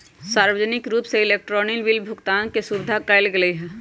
सार्वजनिक रूप से इलेक्ट्रॉनिक बिल भुगतान के सुविधा कर देवल गैले है